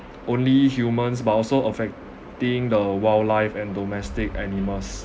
only humans but also affecting the wildlife and domestic animals